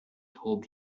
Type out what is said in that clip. told